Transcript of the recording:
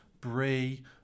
Bree